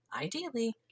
ideally